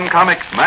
Comics